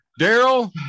Daryl